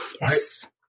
Yes